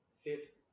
Fifth